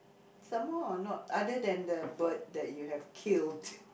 some more or not other than the bird that you have killed